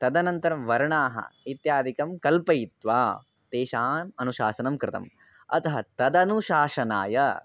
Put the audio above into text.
तदनन्तरं वर्णाः इत्यादिकं कल्पयित्वा तेषान् अनुशासनं कृतम् अतः तदनुशासनाय